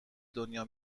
دنیا